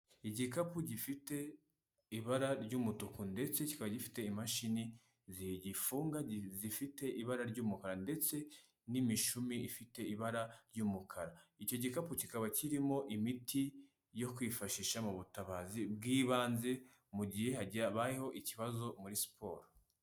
Igikapu gifite ibara ry'umutuku ndetse kikaba gifite imashini zigifunga zifite ibara ry'umukara ndetse n'imishumi ifite ibara ry'umukara. Icyo gikapu kikaba kirimo imiti yo kwifashisha mu butabazi bw'ibanze mu gihe habayeho ikibazo muri siporo.